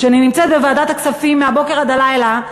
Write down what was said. אני נמצאת בוועדת הכספים מהבוקר עד הלילה,